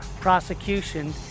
prosecution